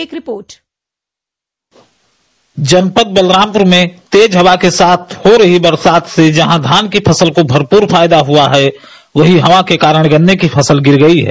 एक रिपोर्ट जनपद बलरामपुर में तेज हवा के साथ रात से ही हो रही बरसात से जहां धान की फसल को भरपूर फायदा हुआ है वही हवा के कारण गन्ने की फसल गिर गई है